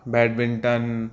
badminton